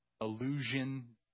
illusion